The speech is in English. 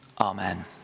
Amen